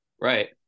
Right